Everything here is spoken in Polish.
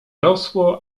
rosło